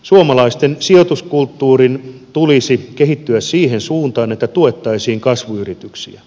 suomalaisen sijoituskulttuurin tulisi kehittyä siihen suuntaan että tuettaisiin kasvuyrityksiä